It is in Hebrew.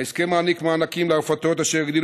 ההסכם מעניק מענקים לרפתות אשר הגדילו